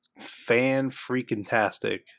fan-freaking-tastic